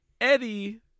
Eddie